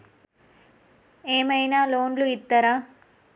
ఏమైనా లోన్లు ఇత్తరా?